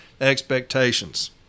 expectations